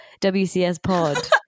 wcspod